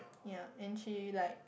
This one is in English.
ya and she like